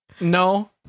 no